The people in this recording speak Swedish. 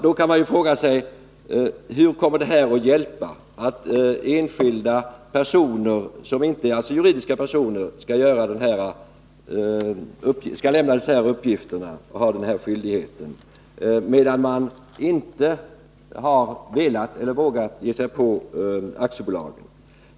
Då kan man fråga sig hur detta förslag kommer att hjälpa. Fåmansföretag och näringsidkare som är fysisk person skall ha skyldighet att lämna dessa uppgifter, medan man inte har vågat ge sig på aktiebolagen.